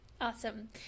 Awesome